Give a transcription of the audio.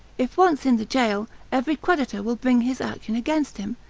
if once in the gaol, every creditor will bring his action against him,